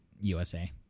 USA